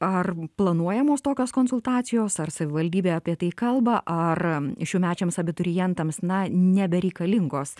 ar planuojamos tokios konsultacijos ar savivaldybė apie tai kalba ar šiųmečiams abiturientams na nebereikalingos